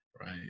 Right